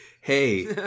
Hey